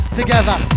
together